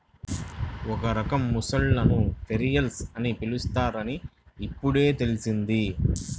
ఒక రకం మొసళ్ళను ఘరియల్స్ అని పిలుస్తారని ఇప్పుడే తెల్సింది